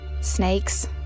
snakes